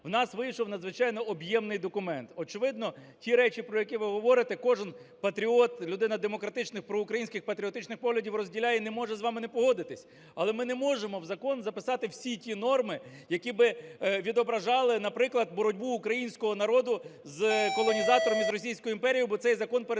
у нас вийшов надзвичайно об'ємний документ. Очевидно, ті речі, про які ви говорите, кожен патріот, людина демократичних, проукраїнських, патріотичних поглядів розділяє і не може з вами не погодитися. Але ми не можемо в закон записати всі ті норми, які б відображали, наприклад, боротьбу українського народу з колонізаторами, з Російською імперією, бо цей закон перетвориться